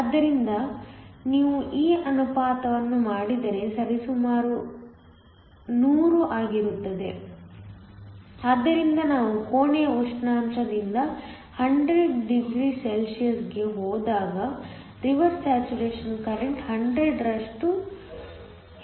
ಆದ್ದರಿಂದ ನೀವು ಈ ಅನುಪಾತವನ್ನು ಮಾಡಿದರೆ ಸರಿಸುಮಾರು 100 ಆಗಿರುತ್ತದೆ ಆದ್ದರಿಂದ ನಾವು ಕೋಣೆಯ ಉಷ್ಣಾಂಶದಿಂದ 100 ° C ಗೆ ಹೋದಾಗ ರಿವರ್ಸ್ ಸ್ಯಾಚುರೇಶನ್ ಕರೆಂಟ್100 ರಷ್ಟು ಹೆಚ್ಚಾಗುತ್ತದೆ